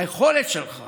היכולת שלך